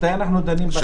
מתי אנחנו דנים?